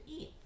eat